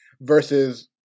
versus